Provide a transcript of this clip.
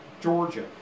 Georgia